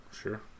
Sure